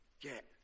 Get